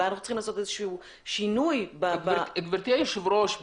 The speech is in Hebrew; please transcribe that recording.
אולי אנחנו צריכים לעשות איזשהו שינוי --- גברתי היושבת-ראש,